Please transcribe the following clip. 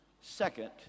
Second